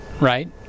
right